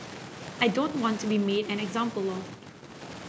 I don't want to be made an example of